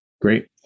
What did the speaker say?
great